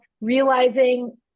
realizing